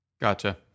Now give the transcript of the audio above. Gotcha